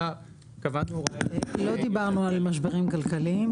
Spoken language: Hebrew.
אלא קבענו --- לא דיברנו על משברים כלכליים,